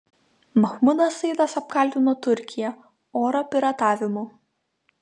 mahmudas saidas apkaltino turkiją oro piratavimu